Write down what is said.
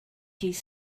dydd